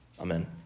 Amen